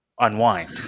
unwind